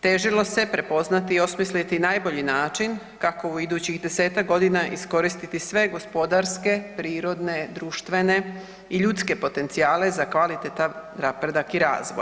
Težilo se prepoznati i osmisliti najbolji način kako u idućih 10-tak godina iskoristiti sve gospodarske, prirodne, društvene i ljudske potencijale za kvalitetan napredak i razvoj.